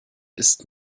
ist